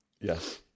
Yes